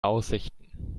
aussichten